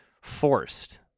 forced